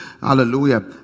Hallelujah